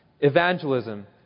evangelism